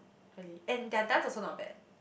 early and their dance also not bad